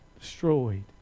Destroyed